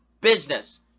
business